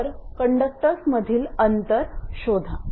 तर कंडक्टर्समधील अंतर शोधा